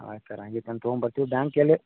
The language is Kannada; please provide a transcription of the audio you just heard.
ಆಯ್ತು ಸರ್ ಹಾಗೆ ತಂದು ತೊಗೊಂಬರ್ತೀವ್ ಬ್ಯಾಂಕ್ ಎಲ್ಲಿ